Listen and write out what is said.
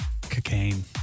Cocaine